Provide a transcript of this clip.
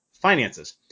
finances